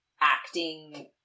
acting